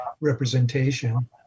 representation